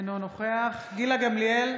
אינו נוכח גילה גמליאל,